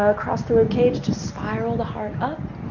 ah across the ribcage, just spiral the heart up.